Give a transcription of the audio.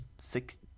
six